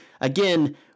again